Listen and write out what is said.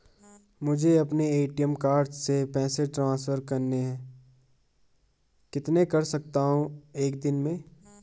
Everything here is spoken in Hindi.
मुझे अपने ए.टी.एम कार्ड से पैसे ट्रांसफर करने हैं कितने कर सकता हूँ एक दिन में?